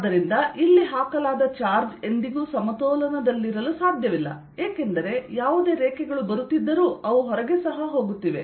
ಆದ್ದರಿಂದ ಇಲ್ಲಿ ಹಾಕಲಾದ ಚಾರ್ಜ್ ಎಂದಿಗೂ ಸಮತೋಲನದಲ್ಲಿರಲು ಸಾಧ್ಯವಿಲ್ಲ ಏಕೆಂದರೆ ಯಾವುದೇ ರೇಖೆಗಳು ಬರುತ್ತಿದ್ದರೂ ಅವು ಹೊರಗೆ ಸಹ ಹೋಗುತ್ತಿವೆ